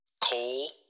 Coal